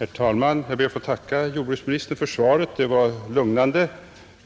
Herr talman! Jag ber att få tacka jordbruksministern för svaret, som var lugnande,